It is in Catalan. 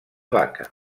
vaca